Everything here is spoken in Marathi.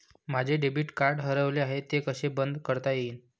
माझे डेबिट कार्ड हरवले आहे ते कसे बंद करता येईल?